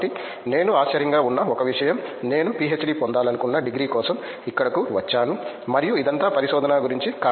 కాబట్టి నేను ఆశ్చర్యంగా ఉన్న ఒక విషయం నేను పిహెచ్డి పొందాలనుకున్న డిగ్రీ కోసం ఇక్కడకు వచ్చాను మరియు ఇదంతా పరిశోధన గురించి